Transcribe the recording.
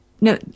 no